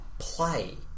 Play